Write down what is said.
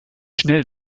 schnell